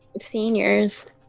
seniors